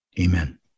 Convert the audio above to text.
Amen